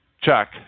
Chuck